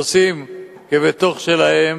הם עושים כבתוך שלהם.